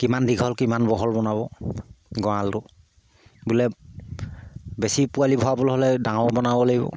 কিমান দীঘল কিমান বহল বনাব গঁৰালটো বোলে বেছি পোৱালি ভৰাবলৈ হ'লে ডাঙৰ বনাব লাগিব